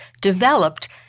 developed